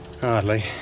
Hardly